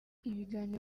ibiganiro